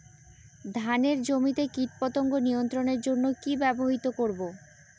ধানের জমিতে কীটপতঙ্গ নিয়ন্ত্রণের জন্য কি ব্যবহৃত করব?